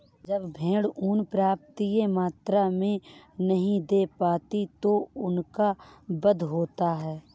जब भेड़ ऊँन पर्याप्त मात्रा में नहीं दे पाती तो उनका वध होता है